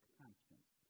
conscience